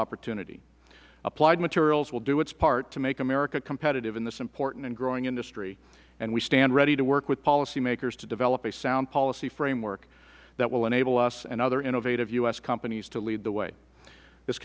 opportunity applied materials will do its part to make america competitive in this important and growing industry and we stand ready to work with policymakers to develop a sound policy framework that will enable us and other innovative u s companies to lead the way this